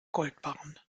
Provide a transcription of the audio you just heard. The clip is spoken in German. goldbarren